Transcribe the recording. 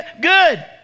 good